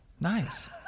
Nice